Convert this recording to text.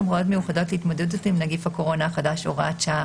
סמכויות מיוחדות להתמודדות עם נגיף הקורונה החדש (הוראת שעה),